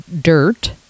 dirt